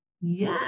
Yes